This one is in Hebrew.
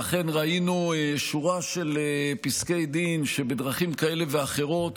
ואכן ראינו שורה של פסקי דין שבדרכים כאלה ואחרות